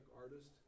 artist